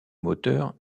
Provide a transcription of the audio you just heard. moteurs